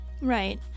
Right